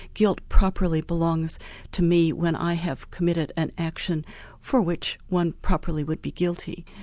guilt properly belongs to me when i have committed an action for which one properly would be guilty.